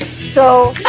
so